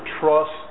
trust